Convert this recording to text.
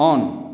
on